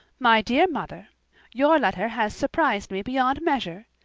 my dear mother your letter has surprized me beyond measure!